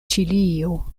ĉilio